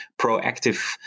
proactive